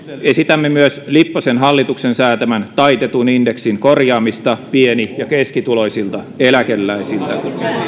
esitämme myös lipposen hallituksen säätämän taitetun indeksin korjaamista pieni ja keskituloisilta eläkeläisiltä